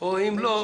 או אם לא,